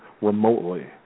remotely